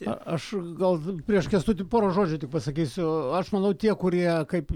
a aš gal prieš kęstutį porą žodžių tik pasakysiu aš manau tie kurie kaip